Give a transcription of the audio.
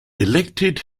elected